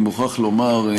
אני מוכרח לומר,